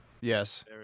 Yes